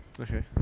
Okay